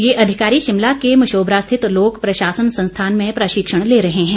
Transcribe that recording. ये अधिकारी शिमला के मशोबरा स्थित लोक प्रशासन संस्थान में प्रशिक्षण ले रहे हैं